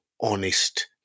honest